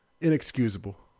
Inexcusable